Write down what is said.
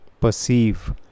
perceive